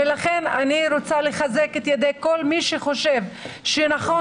ולכן אני רוצה לחזק את ידי כל מי שחושב שנכון